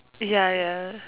ya ya